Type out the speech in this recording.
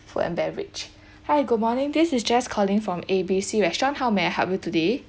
food and beverage hi good morning this is jess calling from A B C restaurant how may I help you today